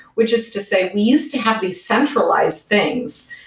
which is to say we used to have these centralized things,